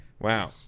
Wow